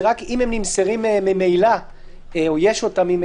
זה רק אם ממילא נמסרים או ממילא יש אותם.